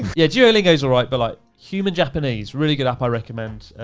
yeah, duolingo's all right, but like human japanese, really good app i recommend.